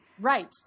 Right